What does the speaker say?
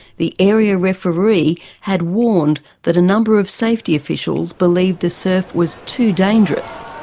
the area referee had warned that a number of safety officials believed the surf was too dangerous,